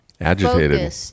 Agitated